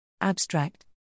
Abstract